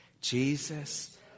Jesus